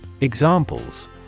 Examples